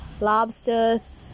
lobsters